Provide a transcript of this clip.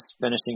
finishing